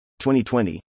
2020